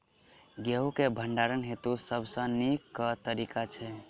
गेंहूँ केँ भण्डारण हेतु सबसँ नीक केँ तरीका छै?